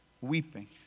weeping